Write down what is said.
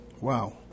Wow